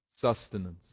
sustenance